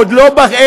הוא עוד לא בעסק,